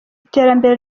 iterambere